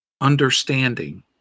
understanding